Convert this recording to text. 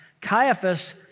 Caiaphas